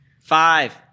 five